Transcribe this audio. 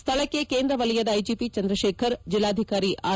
ಸ್ಥಳಕ್ಕೆ ಕೇಂದ್ರ ವಲಯದ ಐಜಿಪಿ ಚಂದ್ರಕೇಖರ್ ಜಿಲ್ಲಾಧಿಕಾರಿ ಆರ್